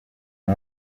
ngo